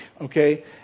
okay